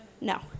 No